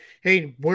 hey